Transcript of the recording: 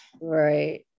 right